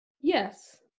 yes